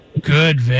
Good